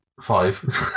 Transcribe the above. five